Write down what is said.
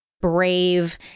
brave